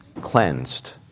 cleansed